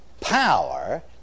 power